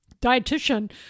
dietitian